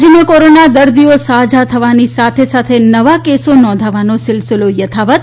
રાજયમાં કોરોના દર્દીઓ સાજા થવાની સાથે સાથે નવા કેસો નોંધાવાનો સીલશીલો યથાવત